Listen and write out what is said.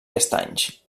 estanys